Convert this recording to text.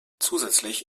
zusätzlich